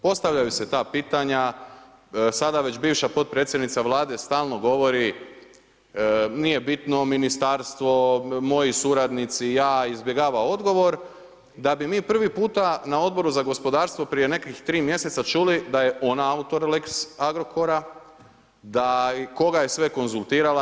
Postavljaju se ta pitanja, sada već bivša potpredsjednica Vlade stalno govori nije bitno ministarstvo, moji suradnici, ja izbjegava odgovor da bi mi prvi puta na Odboru za gospodarstvo prije nekih tri mjeseca luči da je ona autor lex Agrokora i koga je sve konzultirala.